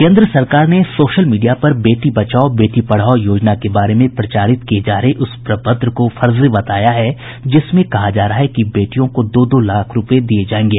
केन्द्र सरकार ने सोशल मीडिया पर बेटी बचाओ बेटी पढाओ योजना के बारे प्रचारित किये जा रहे उस प्रपत्र को फर्जी बताया है जिसमें कहा जा रहा है कि बेटियों को दो दो लाख रूपये दिए जाएंगे